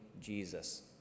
Jesus